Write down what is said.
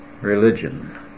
religion